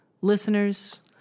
Listeners